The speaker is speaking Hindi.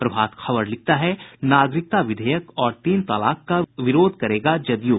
प्रभात खबर लिखता है नागरिकता विधेयक और तीन तलाक का विरोध करेगा जदयू